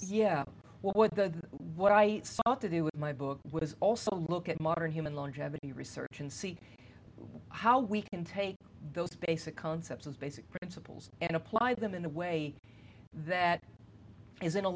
yeah what the what i ought to do with my book was also look at modern human longevity research and see how we can take those basic concepts as basic principles and apply them in a way that is in